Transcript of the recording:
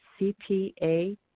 CPA